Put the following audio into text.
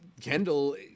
Kendall